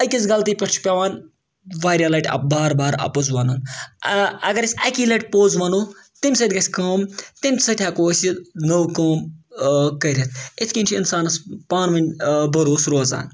أکِس غلطی پٮ۪ٹھ چھُ پیٚوان واریاہ لَٹہِ اَپ بار بار اَپُز وَنُن اگر أسۍ اَکی لَٹہِ پوٚز وَنو تمہِ سۭتۍ گژھِ کٲم تمہِ سۭتۍ ہیٚکو أسۍ یہِ نٔو کٲم کٔرِتھ یِتھ کٔنۍ چھِ اِنسانَس پانہٕ ؤنۍ بروس روزان